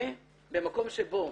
במקום שבו